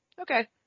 Okay